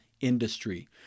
industry